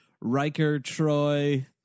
Riker-Troy